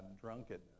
drunkenness